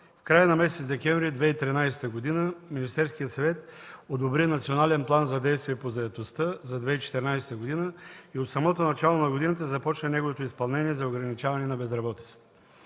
В края на месец декември 2013 г. Министерският съвет одобри Национален план за действие по заетостта за 2014 г. и от самото начало на годината започна неговото изпълнение за ограничаване на безработицата.